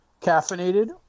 Caffeinated